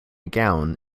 gown